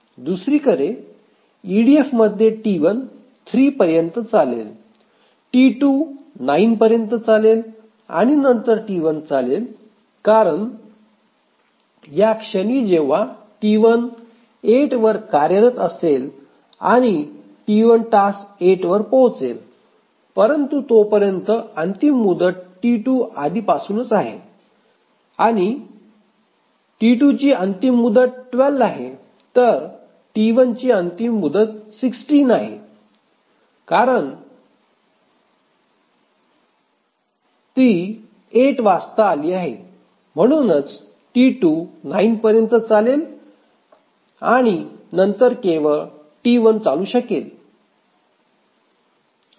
दुसरीकडे ईडीएफमध्ये T1 3 पर्यंत चालेल T2 9 पर्यंत चालेल आणि नंतर T1 चालेल कारण या क्षणी जेव्हा T1 8 वर कार्यरत असेल आणि T1 टास्क 8 वर पोहोचेल परंतु तोपर्यंत अंतिम मुदत T2 आधीपासूनच आहे आणि T2 अंतिम मुदत 12 आहे तर T 1 ची अंतिम मुदत 16 आहे कारण ती 8 वाजता आली आहे आणि म्हणून T2 9 पर्यंत चालेल आणि नंतर केवळ T 1 चालू शकेल